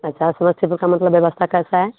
अच्छा समस्तीपुर का मतलब व्यवस्था कैसा है